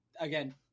again